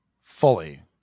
Fully